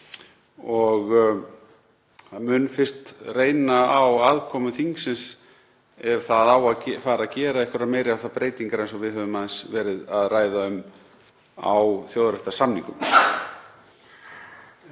og mun fyrst reyna á aðkomu þingsins ef það á að fara að gera einhverjar meiri háttar breytingar, eins og við höfum aðeins verið að ræða um á þjóðréttarsamningum.